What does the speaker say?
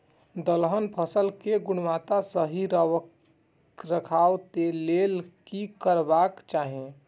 दलहन फसल केय गुणवत्ता सही रखवाक लेल की करबाक चाहि?